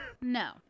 no